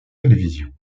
télévisions